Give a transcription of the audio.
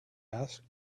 asked